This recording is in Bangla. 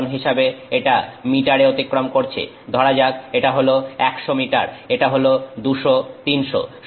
উদাহরন হিসাবে এটা মিটারে অতিক্রম করছে ধরা যাক এটা হল 100 মিটার এটা হল 200 300